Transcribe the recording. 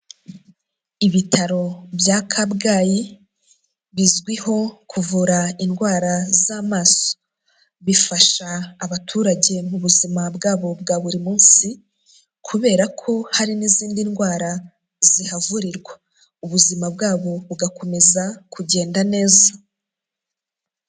Ibitaro bya Kabgayi bizwiho kuvura indwara z'amaso bifasha abaturage mu buzima bwabo bwa buri munsi kubera ko hari n'izindi ndwara zihavurirwa ubuzima bwabo bugakomeza kugenda neza.